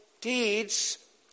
deeds